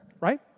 right